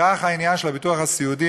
כך העניין של הביטוח הסיעודי.